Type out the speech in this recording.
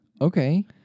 Okay